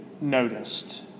noticed